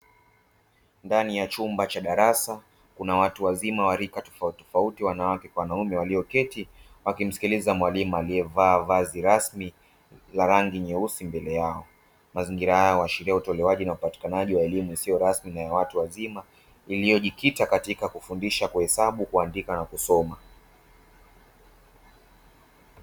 Ndani ya chumba cha darasa kuna watu wazima wa rika tofautitofauti, wanawake kwa wanaume waliyoketi wakimsikiliza mwalimu aliyevaa vazi rasmi la rangi nyeusi mbele yao. Mazingira haya huashiria utolewaji na upatikanaji wa elimu isiyo rasmi na ya watu wazima iliyojikita katika kufundisha kuhesabu, kuandika na kusoma.